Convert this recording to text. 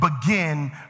begin